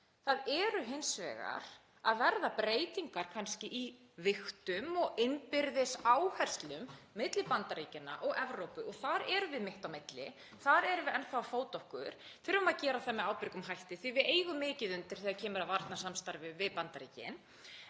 Það eru hins vegar að verða breytingar kannski í vigtum og innbyrðis áherslum milli Bandaríkjanna og Evrópu og þar erum við mitt á milli. Þar erum við enn þá að fóta okkur, þurfum að gera það með ábyrgum hætti því að við eigum mikið undir þegar kemur að varnarsamstarfi við Bandaríkin.